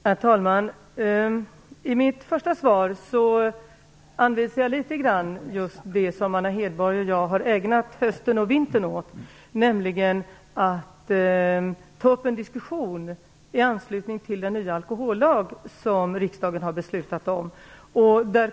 Herr talman! I mitt första svar anvisade jag litet grand det som Anna Hedborg och jag har ägnat hösten och vintern åt, nämligen att ta upp en diskussion i anslutning till den nya alkohollag som riksdagen har beslutat om.